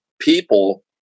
people